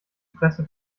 presse